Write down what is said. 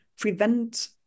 prevent